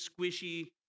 squishy